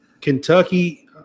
Kentucky